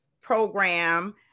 program